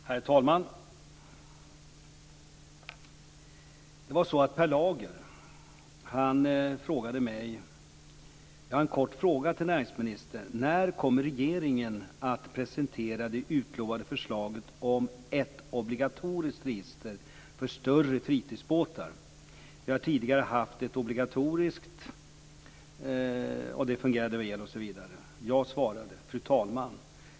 Herr talman! Det var så att Per Lager ställde en frågade till mig: "Jag har en kort fråga till näringsministern. När kommer regeringen att presentera det utlovade förslaget om ett obligatoriskt register för större fritidsbåtar? Vi har tidigare haft ett obligatorium, och det fungerade." Jag svarade följande: "Fru talman!